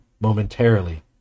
momentarily